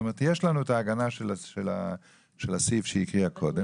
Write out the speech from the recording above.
יש לנו ההגנה של הסעיף שהקריאה קודם,